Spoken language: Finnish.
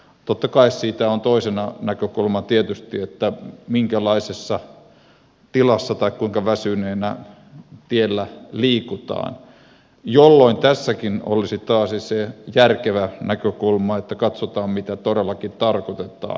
totta kai siinä on toisena näkökulmana minkälaisessa tilassa tai kuinka väsyneenä tiellä liikutaan jolloin tässäkin olisi taas se järkevä näkökulma että katsotaan mitä todellakin tarkoitetaan